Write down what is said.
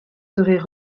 seraient